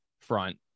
front